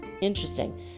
Interesting